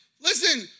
listen